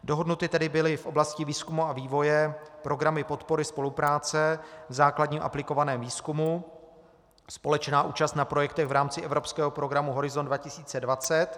Dohodnuty tedy byly oblasti výzkumu a vývoje, programy podpory spolupráce v základním aplikovaném výzkumu, společná účast na projektech v rámci evropského programu Horizont 2020.